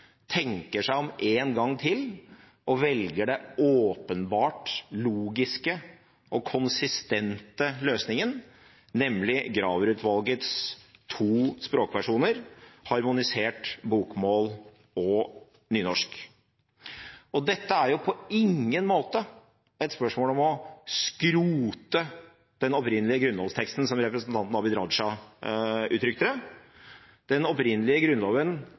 tenker seg om en gang til og velger den åpenbart logiske og konsistente løsningen, nemlig Graver-utvalgets to språkversjoner: harmonisert bokmål og nynorsk. Dette er på ingen måte et spørsmål om å skrote den opprinnelige grunnlovsteksten, som representanten Abid Raja uttrykte det. Den opprinnelige Grunnloven